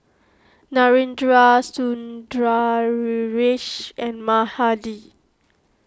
Narendra Sundaresh and Mahade